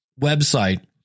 website